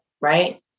Right